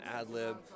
ad-lib